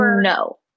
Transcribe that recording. no